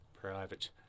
private